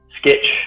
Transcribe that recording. Sketch